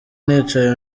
nicaye